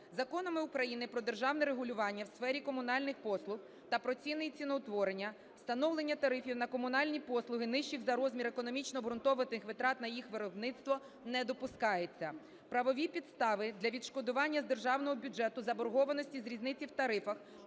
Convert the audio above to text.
Законами України "Про державне регулювання в сфері комунальних послуг" та "Про ціни і ціноутворення" встановлення тарифів на комунальні послуги, нижчих за розміром економічно обгрунтованих витрат на їх виробництво не допускається. Правові підстави для відшкодування з державного бюджету заборгованості з різниці в тарифах,